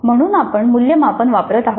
म्हणून आपण मूल्यमापन वापरत आहोत